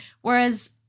Whereas